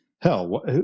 Hell